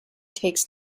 takes